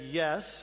yes